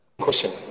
Question